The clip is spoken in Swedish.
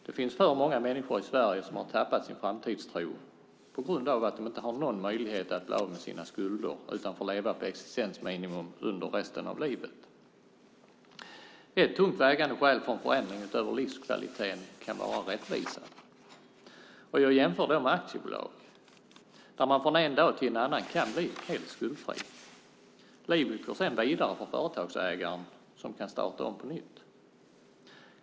Det finns för många människor i Sverige som har tappat sin framtidstro på grund av att de inte har någon möjlighet att bli av med sina skulder utan får leva på existensminimum under resten av livet. Ett tungt vägande skäl för en förändring, utöver livskvaliteten, kan vara rättvisan. Jag jämför då med aktiebolag, där man från en dag till en annan kan bli helt skuldfri. Livet går sedan vidare för företagsägaren, som kan starta om på nytt.